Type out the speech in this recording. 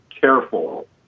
careful